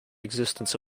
existence